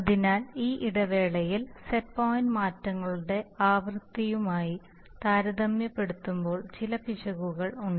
അതിനാൽ ഈ ഇടവേളയിൽ സെറ്റ് പോയിന്റ് മാറ്റങ്ങളുടെ ആവൃത്തിയുമായി താരതമ്യപ്പെടുത്തുമ്പോൾ ചില പിശകുകൾ ഉണ്ട്